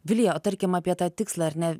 vilija o tarkim apie tą tikslą ar ne